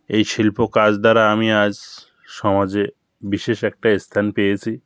এই শিল্প কাজ দ্বারা আমি আজ সমাজে বিশেষ একটা স্থান পেয়েছি